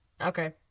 Okay